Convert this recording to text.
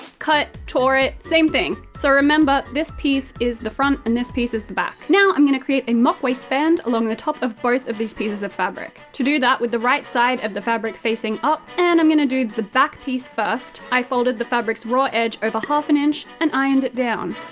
cut, tore it, same thing. so remember, this piece is the front and this piece is the back. now, i'm going to create a mock waistband along the top of both of these pieces of fabric. to do that, with the right-side of the fabric facing up, and i'm going to do the back piece first, i folded the fabric's raw edge over half an inch and ironed it down.